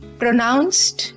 pronounced